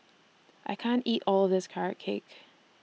I can't eat All of This Carrot Cake